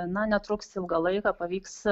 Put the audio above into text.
na netruks ilgą laiką pavyks